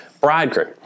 bridegroom